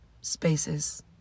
spaces